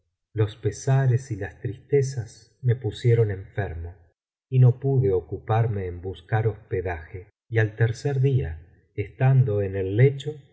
los pesares y las tristezas me pusieron enfermo biblioteca valenciana generalitat valenciana historia del jorobado y no pude ocuparme en buscar hospedaje y al tercer día estando en el lecho